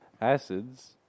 Acids